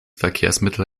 verkehrsmittel